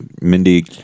Mindy